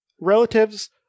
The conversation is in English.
relatives